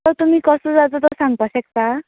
तो तुमी कसो जाता तो सांगपाक शकता